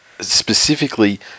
specifically